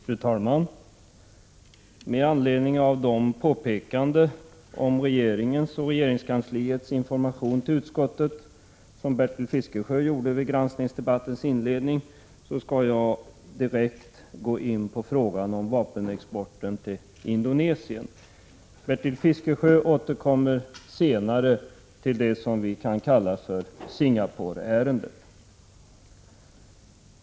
Fru talman! Med anledning av de påpekanden om regeringens och regeringskansliets information till utskottet som Bertil Fiskesjö gjorde vid granskningsdebattens inledning skall jag direkt gå in på frågan om vapenexporten till Indonesien. Bertil Fiskesjö återkommer senare till det som vi kan kalla för Singapore-ärendet.